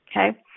Okay